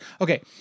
Okay